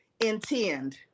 Intend